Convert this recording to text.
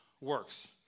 works